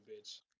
bitch